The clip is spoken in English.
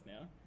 now